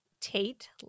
Tate